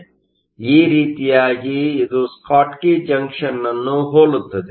ಆದ್ದರಿಂದ ಈ ರೀತಿಯಾಗಿ ಇದು ಸ್ಕಾಟ್ಕಿ ಜಂಕ್ಷನ್ ಅನ್ನು ಹೋಲುತ್ತದೆ